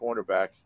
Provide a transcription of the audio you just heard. cornerback